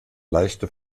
leichte